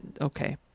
okay